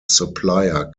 supplier